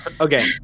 Okay